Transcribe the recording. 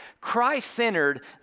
Christ-centered